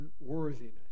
unworthiness